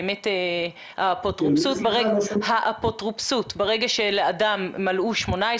ברגע שאדם מלאו 18,